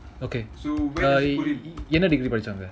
okay என்ன:enna degree படிச்சாங்க:padichanga